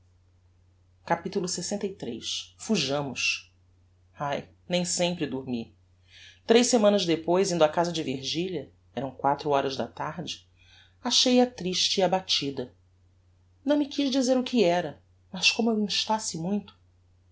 dormir capitulo lxiii fujamos ai nem sempre dormir tres semanas depois indo á casa de virgilia eram quatro horas da tarde achei-a triste e abatida não me quiz dizer o que era mas como eu instasse muito